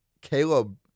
Caleb